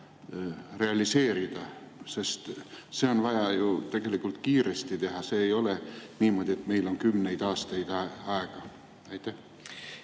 realiseerida? See on vaja ju tegelikult kiiresti teha, ei ole niimoodi, et meil on kümneid aastaid aega. Aitäh!